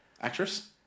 Actress